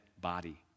body